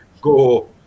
go